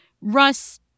Russ